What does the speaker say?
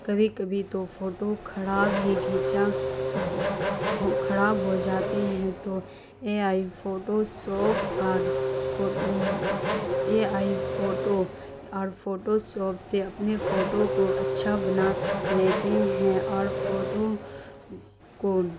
کبھی کبھی تو فوٹو خراب ہی کھینچا خراب ہو جاتے ہیں تو اے آئی فوٹو شاپ اور اے آئی فوٹو اور فوٹو شاپ سے اپنے فوٹو کو اچھا بنا لیتے ہیں اور فوٹو کو